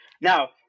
Now